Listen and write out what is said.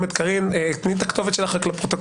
את קארין תני את הכתובת שלך לפרוטוקול,